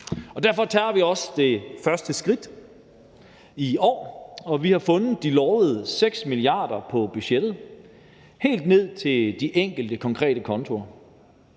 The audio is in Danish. Derfor tager vi også det første skridt i år, og vi har fundet de lovede 6 mia. kr. på budgettet helt ned til de enkelte konkrete konti.